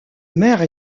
mère